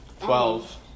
Twelve